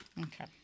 Okay